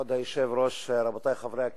כבוד היושב-ראש, רבותי חברי הכנסת,